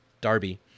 Darby